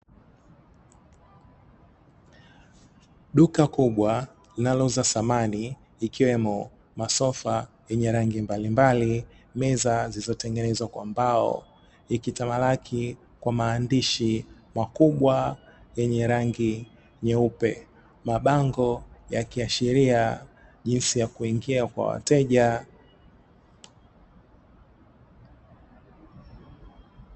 Duka kubwa linalouza samani ikiwemo masofa yenye rangi mbalimbali meza zilizo tengenezwa kwa mbao ikitamalaki kwa maandishi makubwa yenye rangi nyeupe. Mabango yakiashiria jinsi ya kuingia kwa wateja.